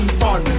fun